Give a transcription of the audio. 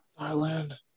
Thailand